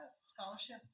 scholarship